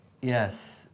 Yes